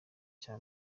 cya